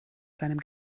seinem